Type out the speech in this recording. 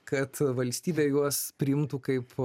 kad valstybė juos priimtų kaip